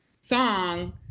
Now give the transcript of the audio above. song